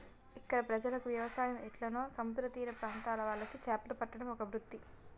ఇక్కడ ప్రజలకు వ్యవసాయం ఎట్లనో సముద్ర తీర ప్రాంత్రాల వాళ్లకు చేపలు పట్టడం ఒక వృత్తి